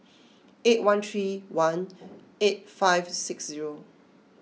eight one three one eight five six zero